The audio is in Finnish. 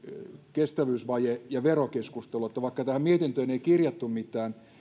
kestävyysvaje ja verokeskusteluun vaikka tähän mietintöön ei kirjattu mitään